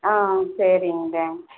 ஆ சரிங் தேங்க்ஸ்